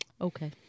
Okay